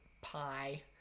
pie